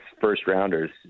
first-rounders